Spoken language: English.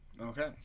Okay